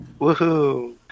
Woohoo